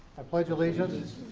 i pledge allegiance